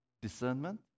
discernment